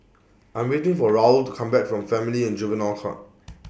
I'm waiting For Raul to Come Back from Family and Juvenile Court